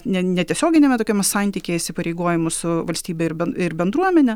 ne netiesioginiame tokiame santykyje įsipareigojimų su valstybe ir ir bendruomene